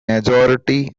majority